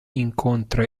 incontra